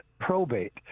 probate